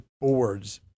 boards